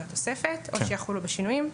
או שיחולו בשינויים,